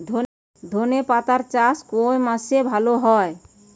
ধনেপাতার চাষ কোন মাসে ভালো হয়?